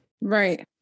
right